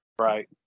Right